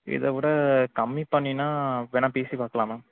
இதைவிட கம்மி பண்ணினா வேணா பேசிப் பார்க்கலாம் மேம்